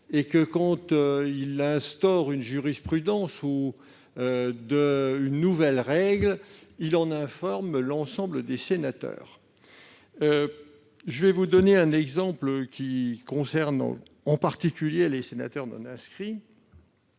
et que, lorsqu'il instaure une jurisprudence ou une nouvelle règle, il en informe l'ensemble des sénateurs. Je vais vous donner un exemple, mes chers collègues, qui concerne en particulier les sénateurs non inscrits.